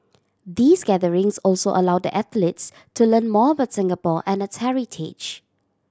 these gatherings also allow the athletes to learn more about Singapore and its heritage